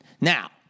Now